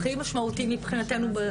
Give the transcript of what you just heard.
זה אחד הדברים הכי משמעותיים מבחינתנו בדוח,